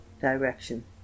direction